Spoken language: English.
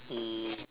mm